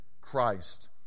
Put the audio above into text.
Christ